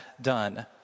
done